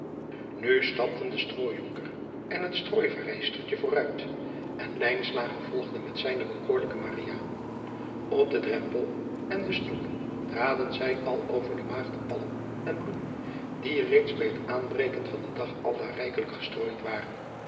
u stapten de strooijonker en het strooivrijstertje vooruit en volgde met zijne bekoorlijke p den drempel en de stoep traden zij al over de aagdepalm en bloemen die reeds bij het aanbreken van den dag aldaar rijkelijk gestrooid waren